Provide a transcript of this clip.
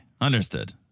Understood